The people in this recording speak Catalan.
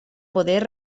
poder